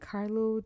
Carlo